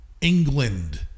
England